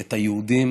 את היהודים,